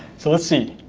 so let's see.